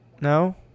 No